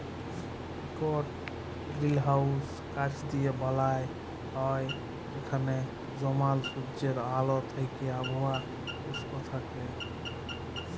ইকট গিরিলহাউস কাঁচ দিঁয়ে বালাল হ্যয় যেখালে জমাল সুজ্জের আল থ্যাইকে আবহাওয়া উস্ল থ্যাইকে